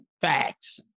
facts